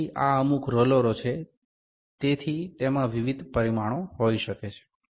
તેથી આ અમુક રોલરો છે તેથી તેમાં વિવિધ પરિમાણો હોઈ શકે છે